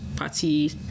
Party